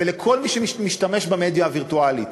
ולכל מי שמשתמש במדיה הווירטואלית: